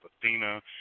Athena